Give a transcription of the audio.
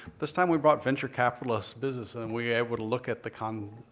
this time we brought venture capitalists, business, and we able to look at the comb,